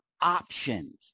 options